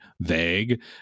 vague